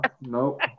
Nope